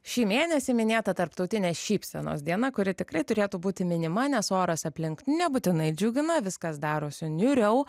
šį mėnesį minėta tarptautinė šypsenos diena kuri tikrai turėtų būti minima nes oras aplink nebūtinai džiugina viskas darosi niūriau